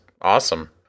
awesome